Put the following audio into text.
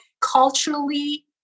culturally